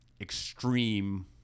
extreme